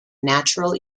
natural